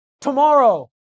tomorrow